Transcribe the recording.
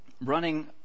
running